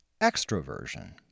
extroversion